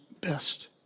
best